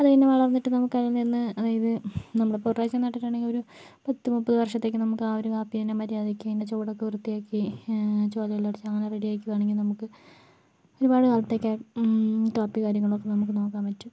അത് കഴിഞ്ഞ് വളർന്നിട്ട് നമുക്ക് അതിൽ നിന്ന് അതായത് നമ്മൾ ഇപ്പോൾ ഒരു പ്രാവശ്യം നട്ടിട്ടുണ്ടങ്കിൽ ഒരു പത്ത് മുപ്പത് വർഷത്തേക്ക് നമ്മൾക്ക് ആ ഒരു കാപ്പി തന്നെ മര്യാദയ്ക്ക് അതിൻ്റെ ചുവടൊക്കെ വൃത്തിയാക്കി ചുവടെല്ലാം അടിച്ചു അങ്ങനെ റെഡിയാക്കി വേണമെങ്കിൽ നമുക്ക് ഒരുപാട് കാലത്തേക്ക് കാപ്പി കാര്യങ്ങളൊക്കെ നമുക്ക് നോക്കാൻ പറ്റും